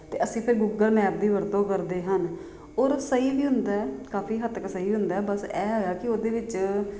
ਅਤੇ ਅਸੀਂ ਫਿਰ ਗੂਗਲ ਐਪ ਦੀ ਵਰਤੋਂ ਕਰਦੇ ਹਨ ਔਰ ਸਹੀ ਵੀ ਹੁੰਦਾ ਕਾਫੀ ਹੱਦ ਤੱਕ ਸਹੀ ਹੁੰਦਾ ਬਸ ਐਹ ਹੈਗਾ ਕਿ ਉਹਦੇ ਵਿੱਚ